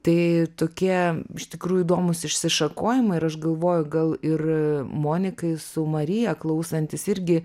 tai tokie iš tikrųjų įdomūs išsišakojimai ir aš galvoju gal ir monikai su marija klausantis irgi